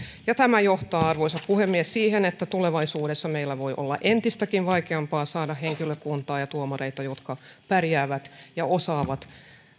ja tämä johtaa arvoisa puhemies siihen että tulevaisuudessa meidän voi olla entistäkin vaikeampaa saada henkilökuntaa ja tuomareita jotka pärjäävät ja osaavat